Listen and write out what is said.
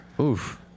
Oof